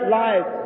life